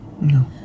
No